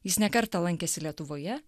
jis ne kartą lankėsi lietuvoje